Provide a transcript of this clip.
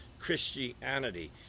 Christianity